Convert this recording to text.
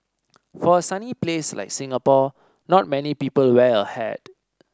for a sunny place like Singapore not many people wear a hat